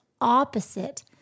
opposite